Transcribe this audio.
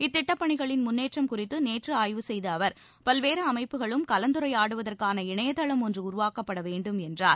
இத்திட்டப் பணிகளின் முன்னேற்றம் குறித்து நேற்று ஆய்வு செய்த அவர் பல்வேறு அமைப்புகளும் கலந்துரையாடுவதற்கான இணையதளம் ஒன்று உருவாக்கப்பட வேண்டும் என்றார்